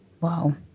Wow